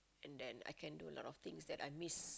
and then I can do a lot of things that I miss